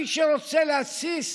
מי שרוצה להתסיס,